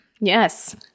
yes